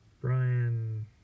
Brian